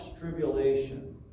tribulation